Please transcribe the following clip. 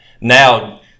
now